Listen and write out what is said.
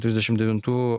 trisdešim devintų